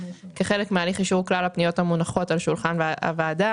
כחלק מהליך אישור כלל הפניות המונחות על שולחן הוועדה.